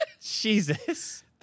Jesus